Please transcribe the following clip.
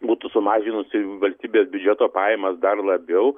būtų sumažinusi valstybės biudžeto pajamas dar labiau